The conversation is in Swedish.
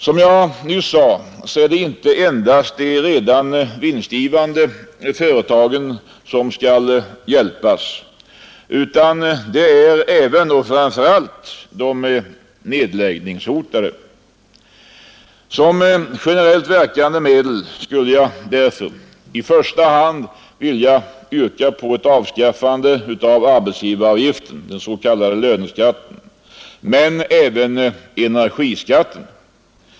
Som jag nyss sade är det inte endast de redan vinstgivande företagen som skall hjälpas utan även och framför allt de nedläggningshotade. Som generellt verkande medel skulle jag därför i första hand vilja yrka på ett avskaffande av arbetsgivaravgiften, den s.k. löneskatten, men även av energiskatten.